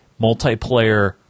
multiplayer